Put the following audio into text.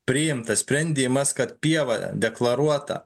priimtas sprendimas kad pieva deklaruota